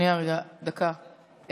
שלוש דקות.